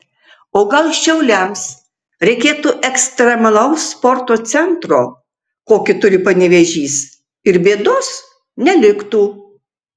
o gal šiauliams reikėtų ekstremalaus sporto centro kokį turi panevėžys ir bėdos neliktų